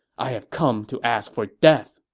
i have come to ask for death,